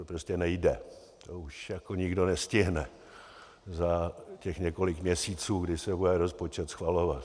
To prostě nejde, to už nikdo nestihne za těch několik měsíců, kdy se bude rozpočet schvalovat.